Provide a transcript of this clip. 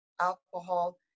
alcohol